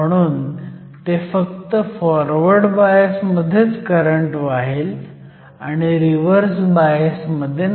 म्हणून ते फक्त फॉरवर्ड बायस मध्ये करंट वाहेल आणि रिव्हर्स बायस मध्ये नाही